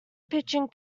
pitching